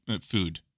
food